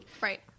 Right